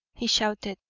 he shouted.